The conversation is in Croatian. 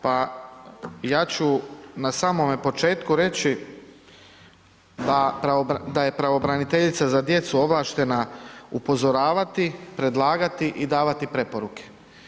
Pa ja ću na samome početku reći da je pravobraniteljica za djecu ovlaštena upozoravati, predlagati i davati preporuke.